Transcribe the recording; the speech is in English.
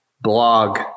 blog